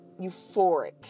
euphoric